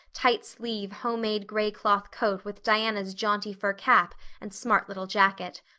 tight-sleeved, homemade gray-cloth coat with diana's jaunty fur cap and smart little jacket.